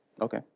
Okay